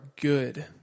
good